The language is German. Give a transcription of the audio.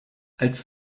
als